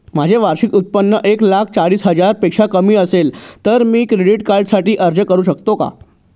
माझे वार्षिक उत्त्पन्न एक लाख चाळीस हजार पेक्षा कमी असेल तर मी क्रेडिट कार्डसाठी अर्ज करु शकतो का?